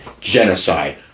Genocide